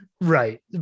Right